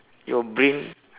your brain